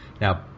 Now